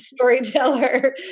storyteller